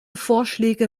vorschläge